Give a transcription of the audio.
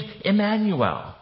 Emmanuel